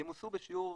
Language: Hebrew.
ימוסו בשיעור